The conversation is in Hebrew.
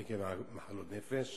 נס-ציונה" עקב מחלת נפש